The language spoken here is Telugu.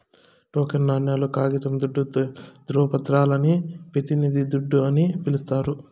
టోకెన్ నాణేలు, కాగితం దుడ్డు, దృవపత్రాలని పెతినిది దుడ్డు అని పిలిస్తారు